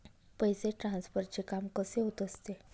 पैसे ट्रान्सफरचे काम कसे होत असते?